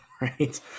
Right